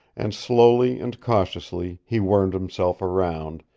and slowly and cautiously he wormed himself around,